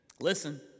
listen